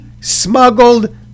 smuggled